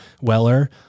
Weller